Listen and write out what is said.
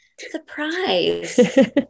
surprise